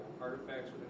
Artifacts